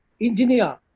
engineer